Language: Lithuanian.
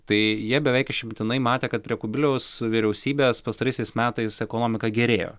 tai jie beveik išimtinai matė kad prie kubiliaus vyriausybės pastaraisiais metais ekonomika gerėjo